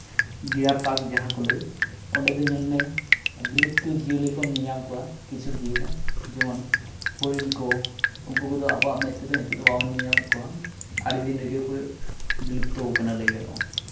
deer park ᱡᱟᱦᱟᱸ ᱠᱚ ᱞᱟᱹᱭ ᱚᱸᱰᱮ ᱫᱚ ᱧᱮᱞᱢᱮ ᱵᱤᱞᱩᱯᱛᱚ ᱡᱤᱭᱟᱹᱞᱤ ᱠᱚ ᱧᱮᱧᱟᱢ ᱠᱚᱣᱟ ᱠᱤᱪᱷᱩ ᱡᱤᱭᱟᱹᱞᱤ ᱡᱮᱢᱚᱱ ᱦᱚᱨᱤᱱ ᱠᱚ ᱩᱱᱠᱩ ᱠᱚᱫᱚ ᱟᱵᱚᱣᱟᱜ ᱢᱮᱫ ᱛᱮᱫᱚ ᱱᱤᱛᱚᱜ ᱫᱚ ᱵᱟᱵᱚᱱ ᱧᱮᱧᱟᱢᱮᱜ ᱠᱚᱣᱟ ᱟᱹᱰᱤᱫᱤᱱ ᱨᱮᱜᱮ ᱠᱚ ᱵᱤᱞᱩᱛᱚ ᱠᱟᱱᱟ ᱞᱟᱹᱭ ᱜᱟᱱᱚᱜᱼᱟ